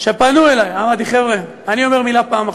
שפנו אלי אמרתי: חבר'ה, אני אומר מילה פעם אחת,